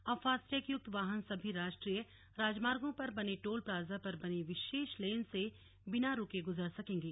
अब फास्टैग युक्त वाहन सभी राष्ट्रीय राजमार्गो पर बने टोल प्लाजा पर बनी विशेष लेन से बिना रूके गुजर सकेंगे